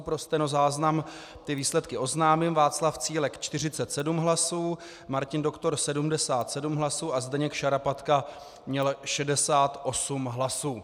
Pro stenozáznam výsledky oznámím: Václav Cílek 47 hlasů, Martin Doktor 77 hlasů a Zdeněk Šarapatka měl 68 hlasů.